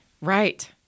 Right